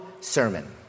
sermon